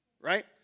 right